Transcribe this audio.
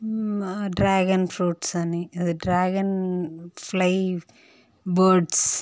dragon fruits అని అదే dragon fly birds